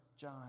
John